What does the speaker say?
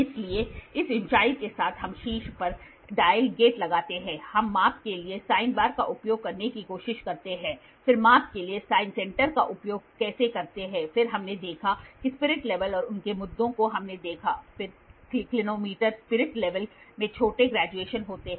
इसलिए इस ऊंचाई के साथ हम शीर्ष पर एक डायल गेट लगाते हैं हम माप के लिए साइन बार का उपयोग करने की कोशिश करते हैं फिर माप के लिए साइन सेंटर का उपयोग कैसे करते हैं फिर हमने देखा कि स्पिरिट लेवल और उनके मुद्दों को हमने देखा फिर क्लिनोमीटर स्पिरिट लेवल में छोटे ग्रेजुएशन होते हैं